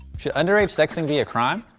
should underage sexting be a crime?